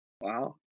Wow